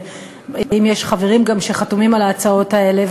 ואם יש חברים גם שחתומים גם על ההצעות האלה.